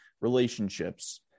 relationships